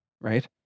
Right